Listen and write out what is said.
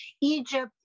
Egypt